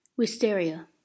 Wisteria